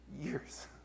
years